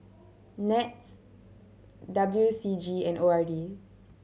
NETS W C G and O R D